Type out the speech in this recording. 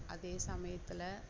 அதே சமயத்தில்